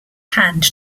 hand